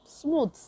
smooth